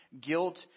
guilt